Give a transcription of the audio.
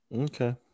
Okay